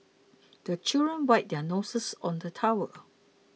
the children wipe their noses on the towel